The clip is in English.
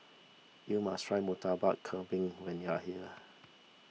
you must try Murtabak Kambing when you are here